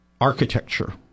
architecture